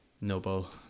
noble